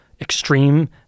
extreme